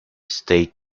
state